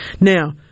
Now